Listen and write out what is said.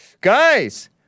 Guys